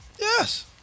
Yes